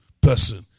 person